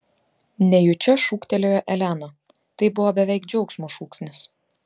nejučia šūktelėjo elena tai buvo beveik džiaugsmo šūksnis